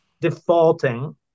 defaulting